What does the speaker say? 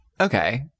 Okay